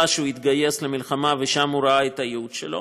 שהוא התגייס למלחמה ושם הוא ראה את הייעוד שלו.